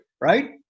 right